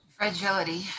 Fragility